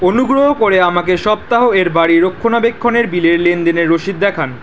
অনুগ্রহ করে আমাকে সপ্তাহ এর বাড়ি রক্ষণাবেক্ষণ এর বিলের লেনদেনের রসিদ দেখান